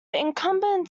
incumbent